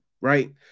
right